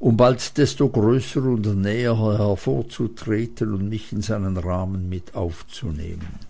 um bald desto größer und näher hervorzutreten und mich in seinen rahmen mit aufzunehmen